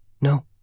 No